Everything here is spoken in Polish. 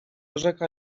rzeka